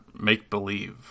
make-believe